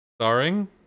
Starring